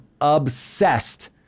obsessed